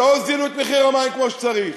שלא הוזילו את מחיר המים כמו שצריך.